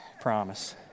Promise